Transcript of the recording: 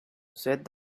said